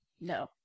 No